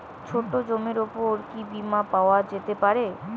ছোট জমির উপর কি বীমা পাওয়া যেতে পারে?